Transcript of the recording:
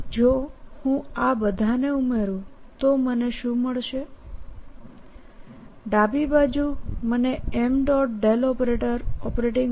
જો હુંઆ બધાને ઉમેરું તો મને શું મળશે ડાબી બાજુ મને m